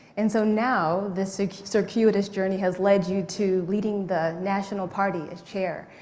and so now, this circuitous journey has led you to leading the national party, as chair.